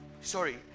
sorry